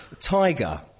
Tiger